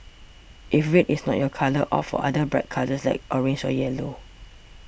if red is not your colour opt for other bright colours like orange or yellow